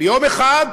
יום אחד,